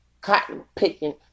cotton-picking